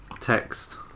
text